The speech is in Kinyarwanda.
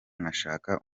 ngashaka